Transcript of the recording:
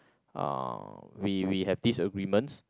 uh we we have disagreements